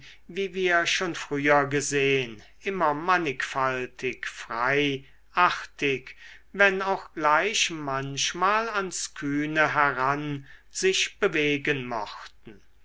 wie wir schon früher gesehn immer mannigfaltig frei artig wenn auch gleich manchmal ans kühne heran sich bewegen mochten